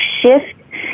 shift